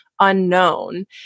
unknown